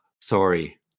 sorry